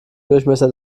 durchmesser